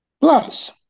Plus